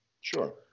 Sure